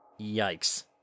Yikes